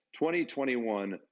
2021